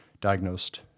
diagnosed